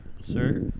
Sir